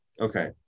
okay